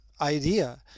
idea